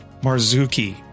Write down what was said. Marzuki